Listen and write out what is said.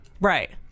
right